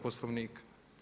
Poslovnika.